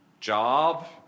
job